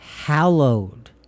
Hallowed